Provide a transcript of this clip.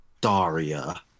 Daria